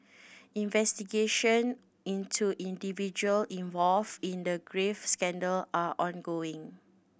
investigation into individual involved in the graft scandal are ongoing